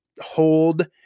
hold